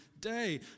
day